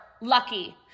lucky